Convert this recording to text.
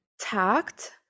tact